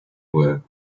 were